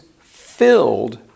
filled